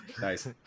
Nice